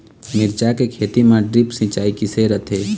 मिरचा के खेती म ड्रिप सिचाई किसे रथे?